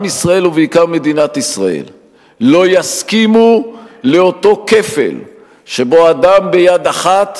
עם ישראל ובעיקר מדינת ישראל לא יסכימו לאותו כפל שבו אדם ביד אחת